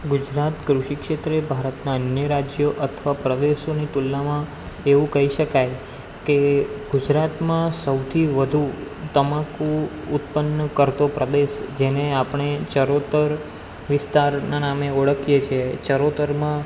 ગુજરાત કૃષિ ક્ષેત્રે ભારતના અન્ય રાજ્યો અથવા પ્રદેશોની તુલનામાં એવું કહી શકાય કે ગુજરાતમાં સૌથી વધુ તમાકુ ઉત્પન્ન કરતો પ્રદેશ જેને આપણે ચરોતર વિસ્તારના નામે ઓળખીએ છીએ ચરોતરમાં